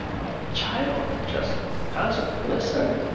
so my child just doesn't listen.